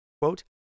Quote